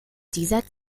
dieser